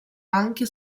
anche